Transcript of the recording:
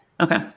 Okay